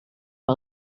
per